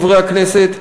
חברי הכנסת,